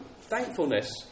thankfulness